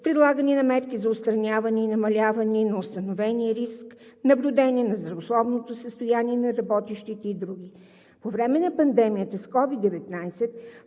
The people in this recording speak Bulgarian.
предлагане на мерки за отстраняване и намаляване на установения риск, наблюдение на здравословното състояние на работещите и други. По време на пандемията от COVID-19